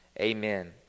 Amen